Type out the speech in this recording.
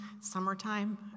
summertime